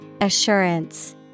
Assurance